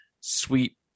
sweet